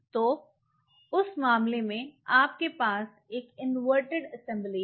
तो उस मामले में आपके पास एक इनवर्टेड असेंबली है